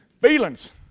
Feelings